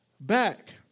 back